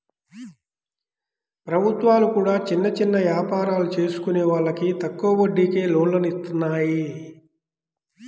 ప్రభుత్వాలు కూడా చిన్న చిన్న యాపారాలు చేసుకునే వాళ్లకి తక్కువ వడ్డీకే లోన్లను ఇత్తన్నాయి